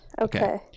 Okay